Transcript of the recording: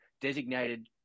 designated